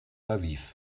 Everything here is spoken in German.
aviv